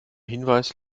hinweis